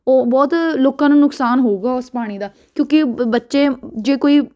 ਉਹ ਬਹੁਤ ਲੋਕਾਂ ਨੂੰ ਨੁਕਸਾਨ ਹੋਊਗਾ ਉਸ ਪਾਣੀ ਦਾ ਕਿਉਂਕਿ ਬੱਚੇ ਜੇ ਕੋਈ